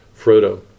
Frodo